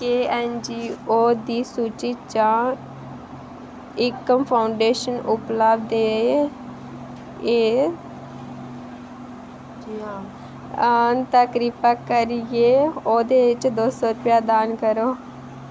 क्या ऐन्नजीओज़ दी सूची चा एकम फाउंडेशन उपलब्ध ऐ जे हां तां कृपा करियै ओह्दे च दो रुपया दान करो